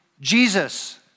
Jesus